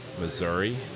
Missouri